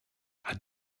hat